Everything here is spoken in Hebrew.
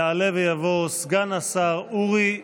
יעלה ויבוא סגן השר אורי מקלב.